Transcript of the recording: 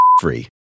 free